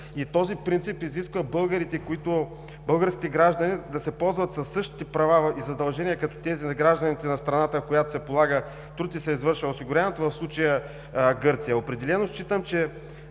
И този принцип изисква българските граждани да се ползват със същите права и задължения като тези на гражданите на страната, в която се полага труд и се извършва осигуряването, в случая Гърция. Определено считам, че